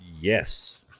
Yes